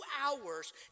hours